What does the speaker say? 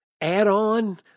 add-on